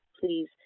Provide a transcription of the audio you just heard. please